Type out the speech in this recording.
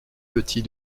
petit